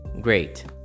Great